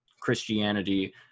Christianity